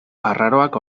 arraroak